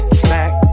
smack